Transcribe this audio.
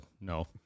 no